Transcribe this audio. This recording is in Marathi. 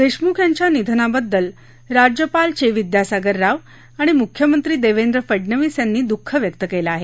देशमुख यांच्या निधनाबद्दल राज्यपाल चे विद्यासागर राव आणि मुख्यमंत्री देवेंद्र फडनवीस यांनी दुःख व्यक्त केलं आहे